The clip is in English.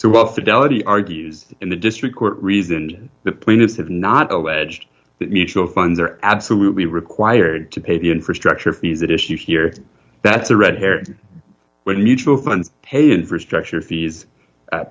so well fidelity argues in the district court reasoned the plaintiffs have not a wedge that mutual funds are absolutely required to pay the infrastructure fees at issue here that's a red herring when mutual funds pay infrastructure fees